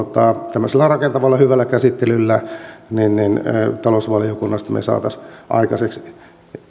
tämmöisellä rakentavalla hyvällä käsittelyllä talousvaliokunnassa me saisimme aikaiseksi